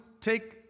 take